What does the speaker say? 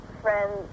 friends